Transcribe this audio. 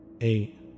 Eight